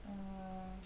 err